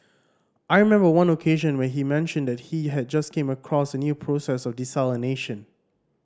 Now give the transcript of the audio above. I remember one occasion when he mentioned that he had just came across a new process of desalination